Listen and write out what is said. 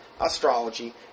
astrology